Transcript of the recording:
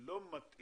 זה לא מתאים